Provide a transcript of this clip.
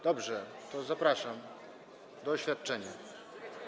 Dobrze, to zapraszam do oświadczenia.